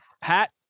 Pat